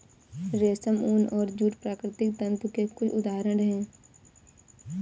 रेशम, ऊन और जूट प्राकृतिक तंतु के कुछ उदहारण हैं